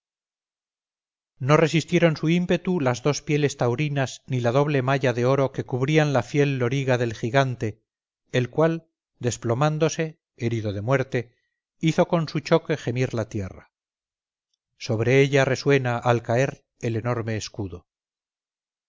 no resistieron su ímpetu las dos pieles taurinas ni la doble malla de oro que cubrían la fiel loriga del gigante el cual desplomándose herido de muerte hizo con su choque gemir la tierra sobre ella resuena al caer el enorme escudo